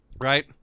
Right